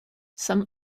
some